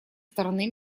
стороны